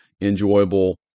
enjoyable